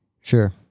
Sure